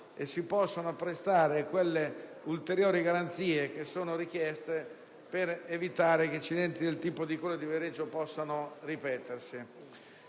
che si possano apprestare quelle ulteriori garanzie che sono richieste per evitare che incidenti come quello di Viareggio possano ripetersi.